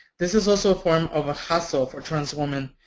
this is also a form of a hustle for trans women,